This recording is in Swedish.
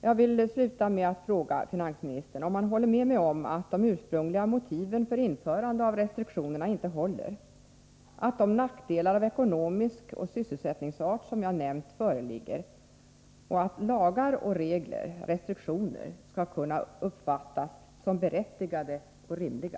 Jag vill avsluta med att fråga finansministern om han håller med om att de ursprungliga motiven för införande av restriktionerna inte håller, att de nackdelar av ekonomiskt slag och av sysselsättningsart som jag nämnt föreligger och att lagar, regler och restriktioner skall kunna uppfattas som berättigade och rimliga.